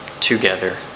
together